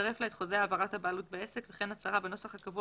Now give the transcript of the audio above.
ויצרף לה את חוזה העברת הבעלות בעסק וכן הצהרה בנוסח הקבוע